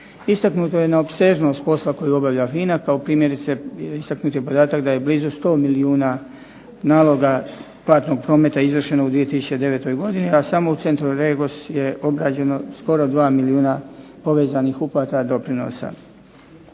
Istaknuto je opsežnost posla koju obavlja FINA kao primjerice istaknut je podatak da je blizu 100 milijuna naloga platnog prometa izvršeno u 2009. godine, a samo u centru REGOS je obrađeno skoro 2 milijuna povezanih uplata doprinosa.